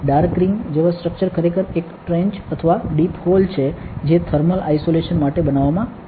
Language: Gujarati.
ડાર્ક રીંગ જેવા સ્ટ્રક્ચર ખરેખર એક ટ્રેન્ચ અથવા ડીપ હોલ છે જે થર્મલ આઇસોલેશન માટે બનાવવામાં આવી છે